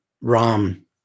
Ram